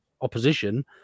opposition